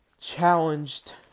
challenged